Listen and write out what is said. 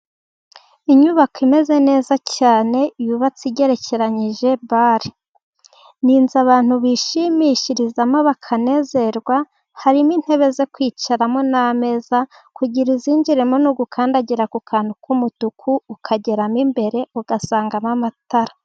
Inyubako imeze neza cyane, yubatse igerekeranyije bare. Ni inzu abantu bishimishirizamo bakanezerwa, harimo intebe zo kwicaramo, n'ameza, kugira ngo uzinjiremo ni ugukandagira ku kantu k'umutuku, ukageramo imbere, ugasangamo amatara.